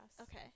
Okay